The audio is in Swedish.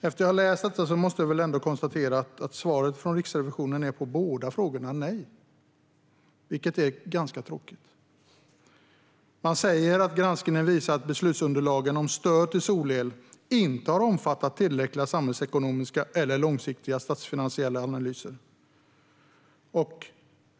Efter att ha läst detta måste jag konstatera att svaret från Riksrevisionen är nej på båda frågorna, vilket är tråkigt. Man säger att granskningen visar att beslutsunderlagen om stöd till solel inte har omfattat tillräckliga samhällsekonomiska eller långsiktiga statsfinansiella analyser.